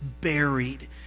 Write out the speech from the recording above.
buried